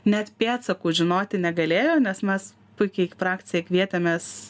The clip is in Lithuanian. net pėdsakų žinoti negalėjo nes mes puikiai į frakciją kvietėmės